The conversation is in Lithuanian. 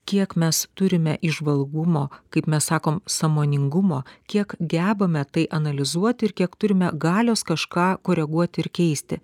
kiek mes turime įžvalgumo kaip mes sakom sąmoningumo kiek gebame tai analizuoti ir kiek turime galios kažką koreguoti ir keisti